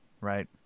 Right